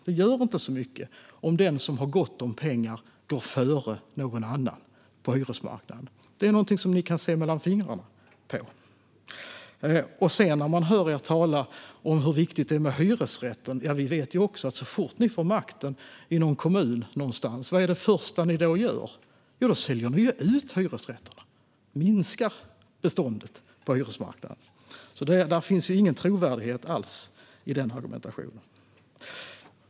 Det gör inte så mycket om den som har gott om pengar går före någon annan på hyresmarknaden. Det är någonting som ni kan se mellan fingrarna med. Man hör er tala om hur viktigt det är med hyresrätten. Så fort ni får makten i någon kommun någonstans: Vad är det första ni då gör? Jo, då säljer ni ut hyresrätterna och minskar beståndet på hyresmarknaden. Det finns ingen trovärdighet alls i den argumentationen.